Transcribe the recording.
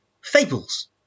Fables